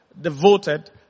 devoted